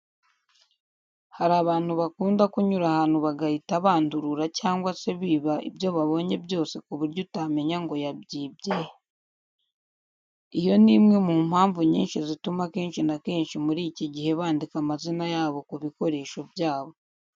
Hari abantu bakunda kunyura ahantu bagahita bandurura cyangwa se biba ibyo babonye byose ku buryo utamenya ngo yabyibye he. Iyo ni imwe mu mpamvu nyinshi zituma akenshi na kenshi muri iki gihe bandika amazina yabo ku bikoresho byabo.